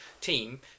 team